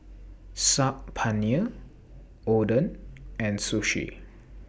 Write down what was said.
Saag Paneer Oden and Sushi